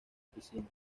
piscinas